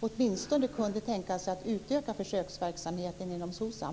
åtminstone inte kunna tänka sig att utöka försöksverksamheten inom SOCSAM?